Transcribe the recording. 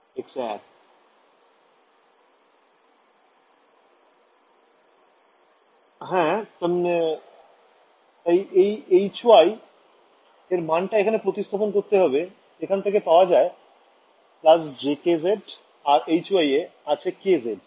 ছাত্র ছাত্রীঃ x hat → jk z তাই এই Hy এর মান টা প্রতিস্থাপন করতে হবে এখান থেকে পাওয়া যায় jkz আর Hy এ আছে kz